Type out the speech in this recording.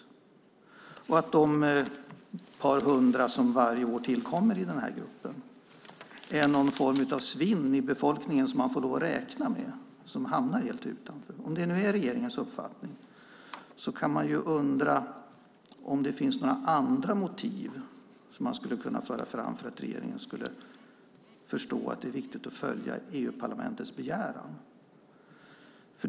Anser man att de ett par hundra som varje år tillkommer i den här gruppen är någon form av svinn i befolkningen som man får lov att räkna med? Då kan man undra om det finns några andra motiv som man skulle kunna föra fram för att regeringen skulle förstå att det är viktigt att följa EU-parlamentets begäran.